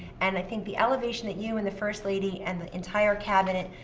and i think the elevation that you and the first lady and the entire cabinet,